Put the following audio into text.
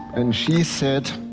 and she said,